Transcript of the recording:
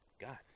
god